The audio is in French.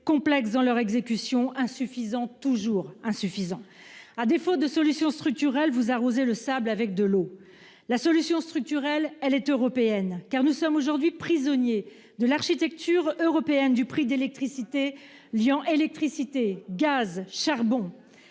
complexes dans leur exécution insuffisant toujours insuffisant. À défaut de solution structurelle vous arroser le sable avec de l'eau. La solution structurelle, elle est européenne, car nous sommes aujourd'hui prisonnier de l'architecture européenne du prix d'électricité liant Électricité, gaz, charbon.